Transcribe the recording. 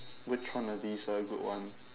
which one of these are a good one